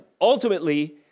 Ultimately